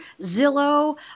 Zillow